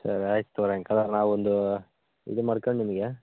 ಸರಿ ಆಯಿತು ಸಾಯಂಕಾಲ ನಾವು ಒಂದು ಇದು ಮಾಡ್ಕಂಡು ನಿಮಗೆ